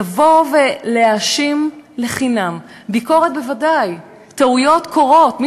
לבוא ולהאשים לחינם, ביקורת בוודאי, טעויות קורות.